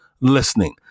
listening